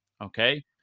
okay